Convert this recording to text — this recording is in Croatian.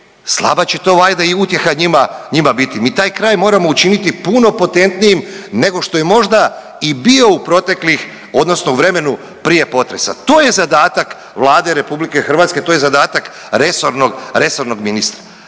slaba će to vajda i utjeha njima, njima biti. Mi taj kraj moramo učiniti puno potentnijim nego što je možda i bio u proteklih odnosno u vremenu prije potresa. To je zadatak Vlade RH. To je zadatak resornog, resornog ministra.